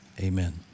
Amen